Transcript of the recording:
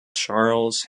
charles